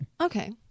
Okay